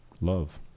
love